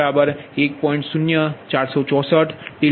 0464 22 2